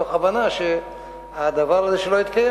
מתוך הבנה שהדבר הזה שלא התקיים,